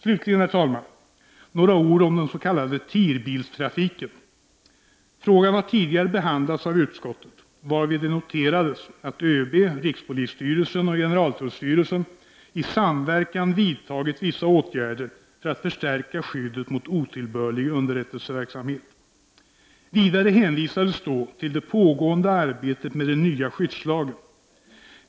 Slutligen, herr talman, vill jag säga några ord om den s.k. TIR-bilstrafiken. Frågan har tidigare behandlats av utskottet, varvid det noterades att ÖB, rikspolisstyrelsen och generaltullstyrelsen i samverkan vidtagit vissa åtgärder för att förstärka skyddet mot otillbörlig underrättelseverksamhet. Vidare hänvisades då till det pågående arbetet med den nya skyddslagen.